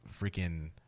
freaking